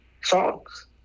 songs